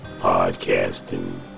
podcasting